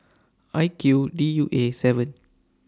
I Q D U Aseven